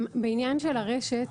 בעניין של הרשת,